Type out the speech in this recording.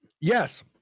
Yes